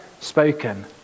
spoken